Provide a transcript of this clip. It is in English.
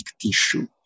tissue